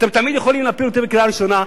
אתם תמיד יכולים להפיל אותו בקריאה ראשונה.